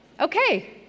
Okay